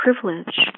privilege